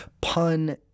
pun